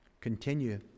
continue